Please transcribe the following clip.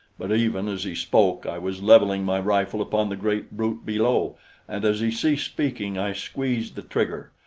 but even as he spoke, i was leveling my rifle upon the great brute below and as he ceased speaking, i squeezed the trigger.